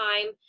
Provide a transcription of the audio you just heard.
time